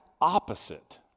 opposite